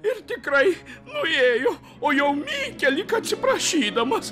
ir tikrai nuėjo o jau mykia lyg atsiprašydamas